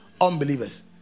unbelievers